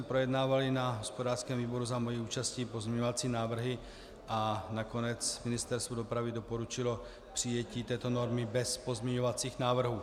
Projednávali jsme na hospodářském výboru za mojí účastí pozměňovací návrhy a nakonec Ministerstvo dopravy doporučilo přijetí této normy bez pozměňovacích návrhů.